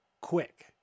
quick